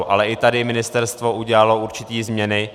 Ale i tady ministerstvo udělalo určité změny.